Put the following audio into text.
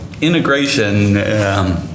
integration